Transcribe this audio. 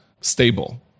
stable